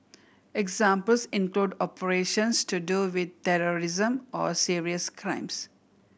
examples include operations to do with terrorism or serious crimes